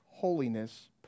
Holiness